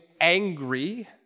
angry